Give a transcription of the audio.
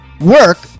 work